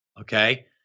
Okay